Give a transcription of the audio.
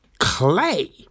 Clay